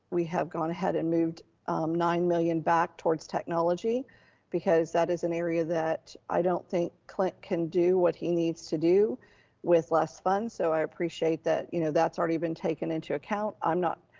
we have gone ahead and moved nine million back towards technology because that is an area that i don't think clint can do what he needs to do with less funds. so i appreciate that, you know, that's already been taken into account. i'm not,